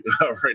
right